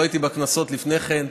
לא הייתי בכנסות לפני כן.